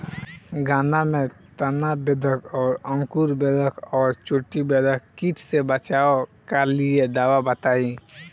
गन्ना में तना बेधक और अंकुर बेधक और चोटी बेधक कीट से बचाव कालिए दवा बताई?